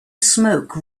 smoke